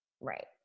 right